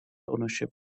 ownership